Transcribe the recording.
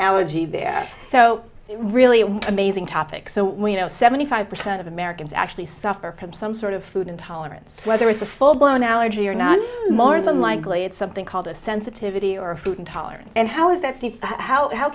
allergy there so really amazing topic so we know seventy five percent of americans actually suffer from some sort of food intolerance whether it's a full blown allergy or not more than likely it's something called a sensitivity or a food intolerance and how is that how how